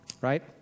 right